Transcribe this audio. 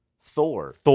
Thor